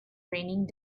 raining